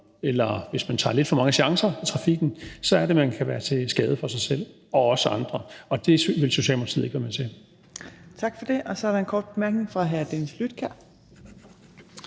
eller hvis man tager lidt for mange chancer i trafikken, er det, man kan være til skade for sig selv og også andre, og det vil Socialdemokratiet ikke være med til. Kl. 14:30 Fjerde næstformand (Trine